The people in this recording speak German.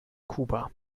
kuba